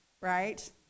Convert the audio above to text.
right